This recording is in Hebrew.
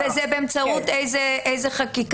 באמצעות איזה חקיקה?